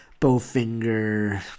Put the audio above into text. Bowfinger